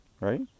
right